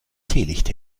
teelicht